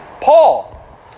Paul